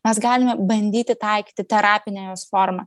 mes galime bandyti taikyti terapinę jos formą